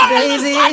Baby